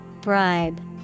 Bribe